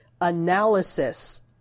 analysis